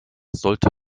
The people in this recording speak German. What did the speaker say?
sollte